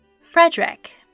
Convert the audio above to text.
Frederick